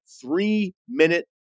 three-minute